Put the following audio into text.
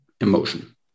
emotion